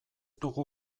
dugu